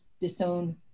disown